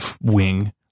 wing